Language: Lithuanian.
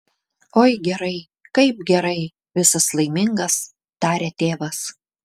oi gerai kaip gerai visas laimingas taria tėvas